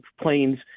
planes